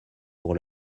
pour